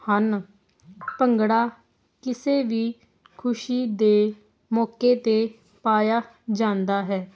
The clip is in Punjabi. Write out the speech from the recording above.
ਹਨ ਭੰਗੜਾ ਕਿਸੇ ਵੀ ਖੁਸ਼ੀ ਦੇ ਮੌਕੇ 'ਤੇ ਪਾਇਆ ਜਾਂਦਾ ਹੈ